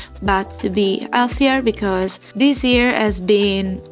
but to be healthier because this year has been,